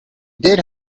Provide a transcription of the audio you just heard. did